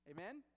Amen